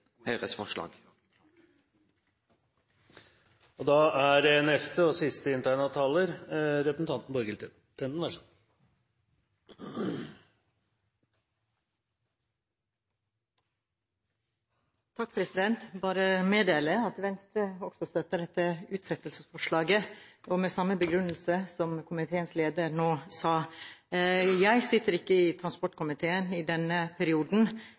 meddele at Venstre også støtter dette utsettelsesforslaget, med samme begrunnelse som komiteens leder nå ga. Jeg sitter ikke i transportkomiteen i denne perioden.